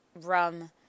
rum